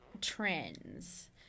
trends